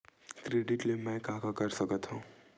Credit ले मैं का का कर सकत हंव?